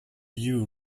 you